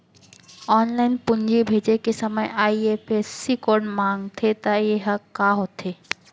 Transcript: Online पूंजी भेजे के समय आई.एफ.एस.सी कोड माँगथे त ये ह का होथे?